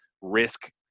risk